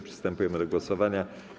Przystępujemy do głosowania.